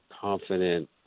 confident